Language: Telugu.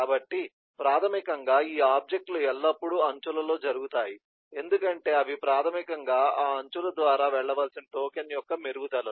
కాబట్టి ప్రాథమికంగా ఈ ఆబ్జెక్ట్ లు ఎల్లప్పుడూ అంచులలో జరుగుతాయి ఎందుకంటే అవి ప్రాథమికంగా ఆ అంచుల ద్వారా వెళ్ళవలసిన టోకెన్ యొక్క మెరుగుదలలు